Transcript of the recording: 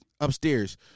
upstairs